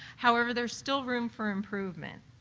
however, there's still room for improvement.